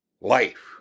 life